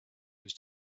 was